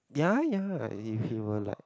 ya ya he'll like